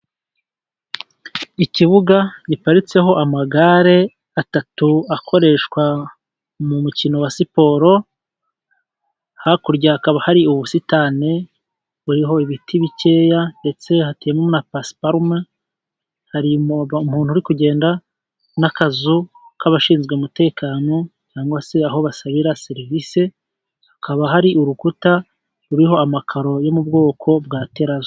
Ikibuga giparitseho amagare atatu akoreshwa mu mukino wa siporo, hakurya hakaba hari ubusitani buriho ibiti bikeya, ndetse hateyemo na pasiparume. Hari umuntu uri kugenda n'akazu k'abashinzwe umutekano, cyangwa se aho basabira serivise, hakaba hari urukuta ruriho amakaro yo mu bwoko bwa terazo.